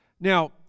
Now